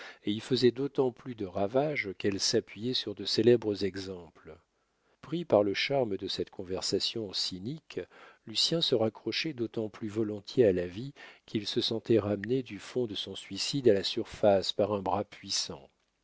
et y faisait d'autant plus de ravages qu'elle s'appuyait sur de célèbres exemples pris par le charme de cette conversation cynique lucien se raccrochait d'autant plus volontiers à la vie qu'il se sentait ramené du fond de son suicide à la surface par un bras puissant